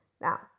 Now